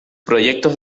proyectos